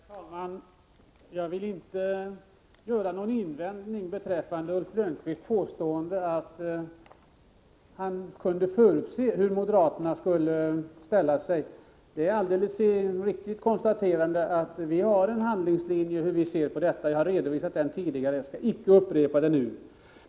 Herr talman! Jag vill inte göra någon invändning mot Ulf Lönnqvists påstående att han kunde förutse hur moderaterna skulle ställa sig. Det är ett alldeles riktigt konstaterande att vi har en handlingslinje i dessa frågor — jag har redovisat den tidigare och skall icke upprepa detta nu.